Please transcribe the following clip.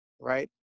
right